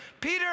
peter